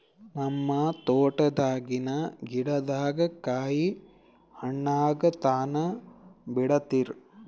ನಿಮ್ಮ ತೋಟದಾಗಿನ್ ಗಿಡದಾಗ ಕಾಯಿ ಹಣ್ಣಾಗ ತನಾ ಬಿಡತೀರ?